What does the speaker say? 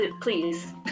Please